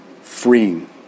freeing